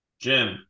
Jim